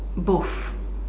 both